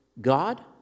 god